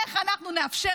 איך אנחנו נאפשר,